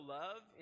love